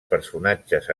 personatges